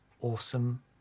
awesome